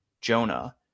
jonah